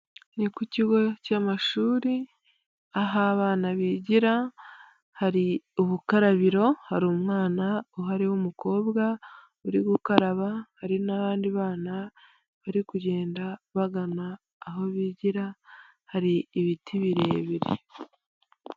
Ni ku kigo cy'amashuri, aho abana bigira hari ubukarabiro, hari umwana uhari w'umukobwa uri gukaraba, hari n'abandi bana bari kugenda bagana aho bigira, hari ibiti birebire.